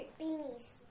beanies